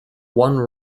one